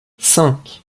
cinq